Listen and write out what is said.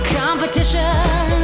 competition